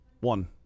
One